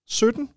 17